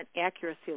accuracy